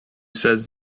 says